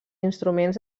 instruments